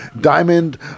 Diamond